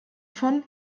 von